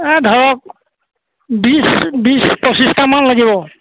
এই ধৰক বিছ বিছ পঁচিছটামান লাগিব